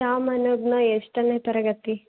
ಯಾವ ಮನೋಜ್ಞ ಎಷ್ಟನೇ ತರಗತಿ